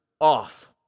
off